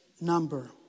number